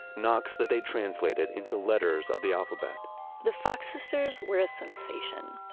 knocks that they translated into letters of the alphabet the fox sisters were a sensation.